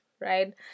right